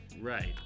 Right